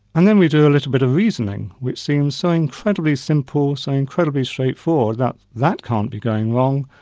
and then we do a little bit of reasoning, which seems so incredibly simple, so incredibly straightforward, that that can't be going wrong,